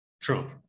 Trump